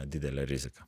didelė rizika